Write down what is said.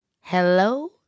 Hello